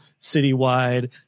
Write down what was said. citywide